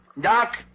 Doc